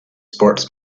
sports